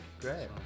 Great